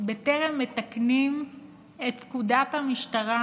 בטרם מתקנים את פקודת המשטרה,